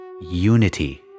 unity